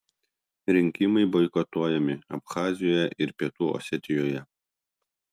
rinkimai boikotuojami abchazijoje ir pietų osetijoje